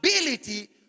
ability